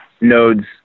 nodes